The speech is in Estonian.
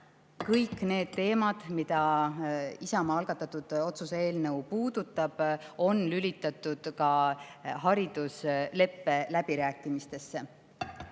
kõik need teemad, mida Isamaa algatatud otsuse eelnõu puudutab, on lülitatud ka haridusleppe läbirääkimistesse.